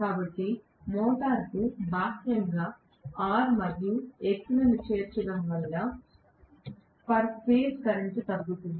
కాబట్టి మోటారుకు బాహ్యంగా R మరియు X లను చేర్చడం వల్ల పర్ ఫేజ్ కరెంట్ తగ్గుతుంది